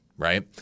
Right